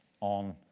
on